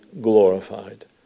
glorified